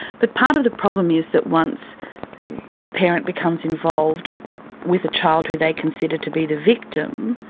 but part of the problem is that once a parent becomes involved with a child who they consider to be the victim,